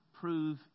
prove